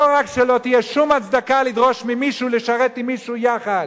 לא רק שלא תהיה שום הצדקה לדרוש ממישהו לשרת עם מישהו יחד,